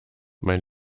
mein